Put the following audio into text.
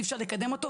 אי אפשר לקדם אותו,